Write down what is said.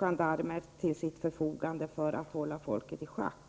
gendarmer till sitt förfogande för att hålla folket i schack.